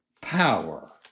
power